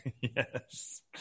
Yes